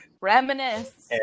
Reminisce